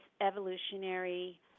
evolutionary